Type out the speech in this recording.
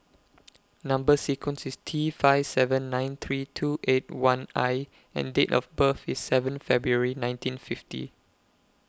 Number sequence IS T five seven nine three two eight one I and Date of birth IS seven February nineteen fifty